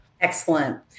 Excellent